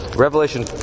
Revelation